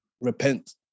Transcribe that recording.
repent